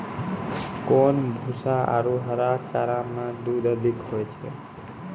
कोन भूसा आरु हरा चारा मे दूध अधिक होय छै?